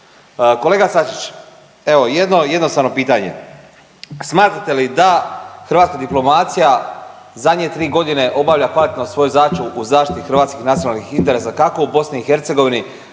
Kolega Sačić, evo jedno jednostavno pitanje, smatrate li da hrvatska diplomacija zadnje 3.g. obavlja kvalitetno svoju zadaću u zaštiti hrvatskih nacionalnih interesa, kako u BiH